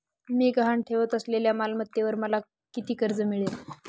मी गहाण ठेवत असलेल्या मालमत्तेवर मला किती कर्ज मिळेल?